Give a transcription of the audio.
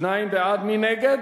לא נתקבלה.